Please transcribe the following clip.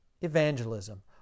evangelism